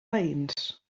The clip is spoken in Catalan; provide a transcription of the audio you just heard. veïns